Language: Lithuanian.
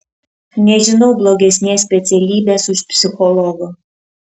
nežinau blogesnės specialybės už psichologo